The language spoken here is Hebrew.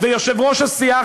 ויושב-ראש הסיעה,